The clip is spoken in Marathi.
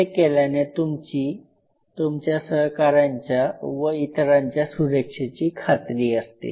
असे केल्याने तुमची तुमच्या सहकाऱ्यांच्या व इतरांच्या सुरक्षेची खात्री असते